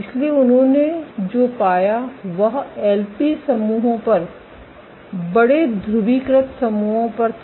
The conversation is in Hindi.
इसलिए उन्होंने जो पाया वह एलपी समूहों पर बड़े ध्रुवीकृत समूहों पर था